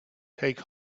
take